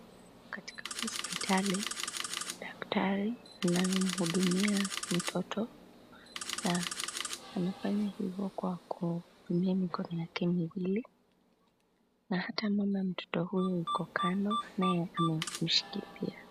Katika hospitali, daktari anamhudumia mtoto, na anafanya hivo kwa kutumia mikono yake miwili, na hata mama mtoto huyo yuko kando, naye amemshikilia.